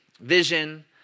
vision